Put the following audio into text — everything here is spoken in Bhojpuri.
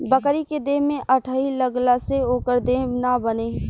बकरी के देह में अठइ लगला से ओकर देह ना बने